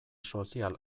sozial